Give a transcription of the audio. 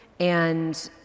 and